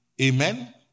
Amen